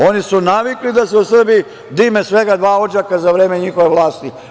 Oni su navikli da se u Srbiji dime svega dva odžaka za vreme njihove vlasti.